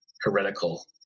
heretical